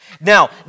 Now